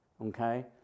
Okay